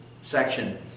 section